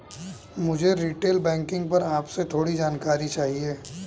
मुझे retail banking पर आपसे थोड़ी जानकारी चाहिए